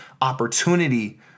opportunity